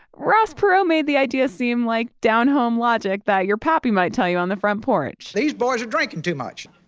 ross perot made the idea seem like down-home logic that your pappy might tell you on the front porch these boys are drinking too much.